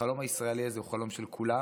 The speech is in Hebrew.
החלום הישראלי הזה הוא חלום של כולם,